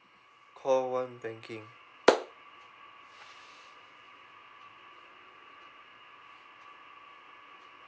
call one banking